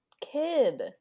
kid